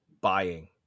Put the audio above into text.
buying